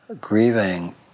grieving